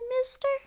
mister